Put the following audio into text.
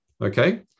okay